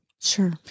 Sure